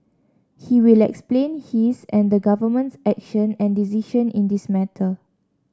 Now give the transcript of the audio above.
he will explain his and the Government's action and decision in this matter